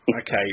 Okay